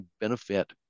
benefit